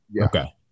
Okay